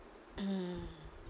mm